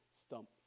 stump